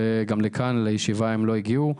וגם לכאן, לישיבה, הם לא הגיעו.